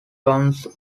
runs